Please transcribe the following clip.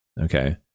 Okay